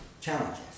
challenges